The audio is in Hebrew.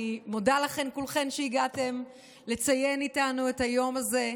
אני מודה לכולכן שהגעתן לציין איתנו את היום הזה,